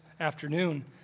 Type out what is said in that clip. afternoon